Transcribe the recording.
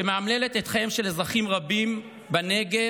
שמאמללת את חייהם של אזרחים רבים בנגב,